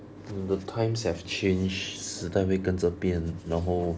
the times have changed 时代会跟着变然后